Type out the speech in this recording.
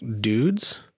dudes